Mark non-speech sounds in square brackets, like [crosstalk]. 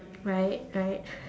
right right [breath]